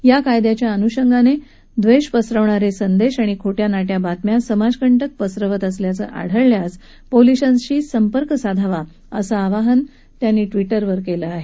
या कायद्याच्या अन्षंगानं द्वेष पसरवणारे संदेश आणि खोट्यानाट्या बातम्या समाजकंटक पसरवत असल्याचं आढळल्यास पोलीसांशी संपर्क साधावा असं आवाहन त्यांनी ट्वीटरवर केलं आहे